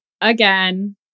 Again